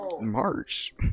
March